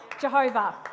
Jehovah